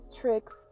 tricks